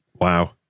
Wow